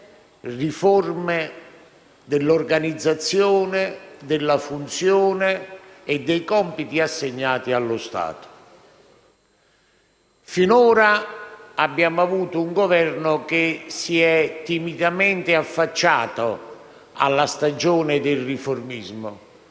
riforme dell'organizzazione, della funzione e dei compiti assegnati allo Stato. Finora abbiamo avuto un Governo che si è timidamente affacciato alla stagione del riformismo,